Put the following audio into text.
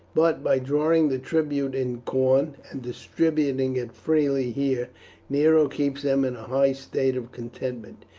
but by drawing the tribute in corn and distributing it freely here nero keeps them in a high state of contentment.